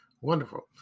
wonderful